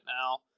now